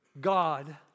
God